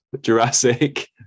Jurassic